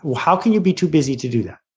how can you be too busy to do that?